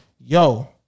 yo